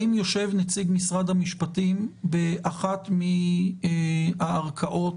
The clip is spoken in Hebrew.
האם יושב נציג משרד המשפטים באחת מן הערכאות,